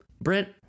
Brent